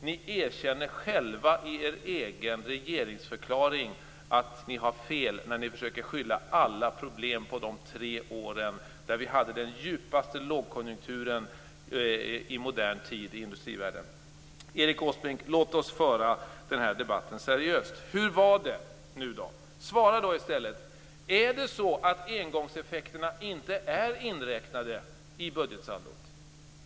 Ni erkänner själva i er egen regeringsförklaring att ni har fel när ni försöker skylla alla problem på de tre år då vi hade den djupaste lågkonjunkturen i modern tid i industrivärlden. Erik Åsbrink! Låt oss föra denna debatt seriöst. Hur var det nu? Svara i stället. Är det så att engångseffekterna inte är inräknade i budgetsaldot?